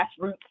grassroots